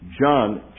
John